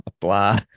blah